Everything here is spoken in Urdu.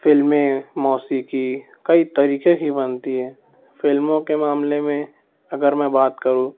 فلمیں موسیقی کئی طریقے کی بنتی ہیں فلموں کے معاملے میں اگر میں بات کروں